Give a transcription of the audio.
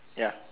ya